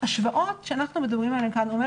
ההשוואות שאנחנו מדברים עליהן כאן הוא אומר